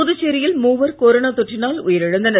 புதுச்சேரியில் மூவர் கொரோனா தொற்றினால் உயிரிழந்தனர்